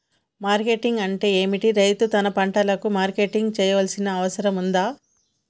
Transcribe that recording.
Marketing అంటే ఏమిటి? రైతు తన పంటలకు మార్కెటింగ్ చేయాల్సిన అవసరం ఉందా?